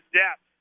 depth